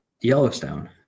Yellowstone